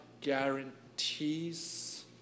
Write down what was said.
guarantees